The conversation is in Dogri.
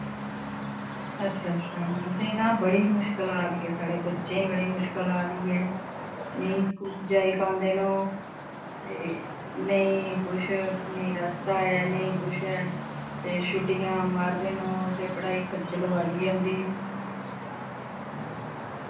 अच्छा अच्छा असेंई ना बड़ी मुश्कल आ दी साढ़े बच्चें ई बड़ी मुश्कल आ दी ऐ नेईं स्कूल जाई पांदे न ओह् ते नेईं कुछ नेईं रस्ता ऐ नेईं कुछ ऐ ते छुट्टियां मारदे न ओह् ते पढ़ाई खज्जल होआ दी ऐ उं'दी